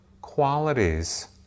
qualities